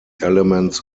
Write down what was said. elements